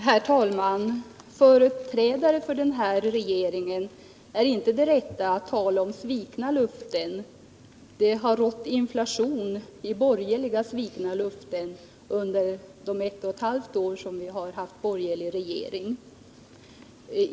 Herr talman! Företrädare för den nuvarande regeringen är inte de rätta att tala om svikna löften. Det har rått inflation i borgerliga svikna löften under de ett och ett halvt år som vi har haft borgerlig regering.